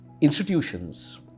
institutions